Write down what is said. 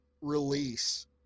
release